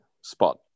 spot